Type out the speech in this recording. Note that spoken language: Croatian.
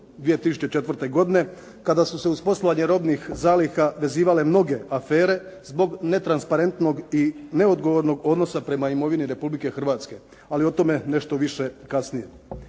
2004. godine kada su se uz poslovanje robnih zaliha vezivale mnoge afere zbog netransparentnog i neodgovornog odnosa prema imovini Republike Hrvatske, ali o tome nešto više kasnije.